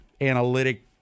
analytic